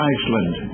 Iceland